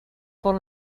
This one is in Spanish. por